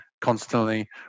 constantly